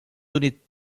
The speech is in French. donnait